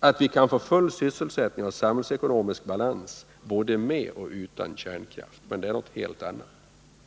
att vi kan ha full sysselsättning och samhällsekonomisk balans både med och utan kärnkraft. Det är något helt annat.